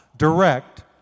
direct